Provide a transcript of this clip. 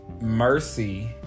mercy